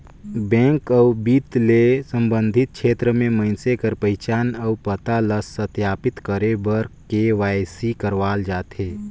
bank अउ बित्त ले संबंधित छेत्र में मइनसे कर पहिचान अउ पता ल सत्यापित करे बर के.वाई.सी करवाल जाथे